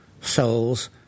souls